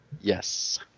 Yes